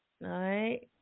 right